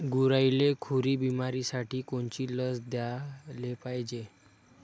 गुरांइले खुरी बिमारीसाठी कोनची लस द्याले पायजे?